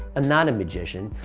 and not a magician.